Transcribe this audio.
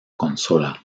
consola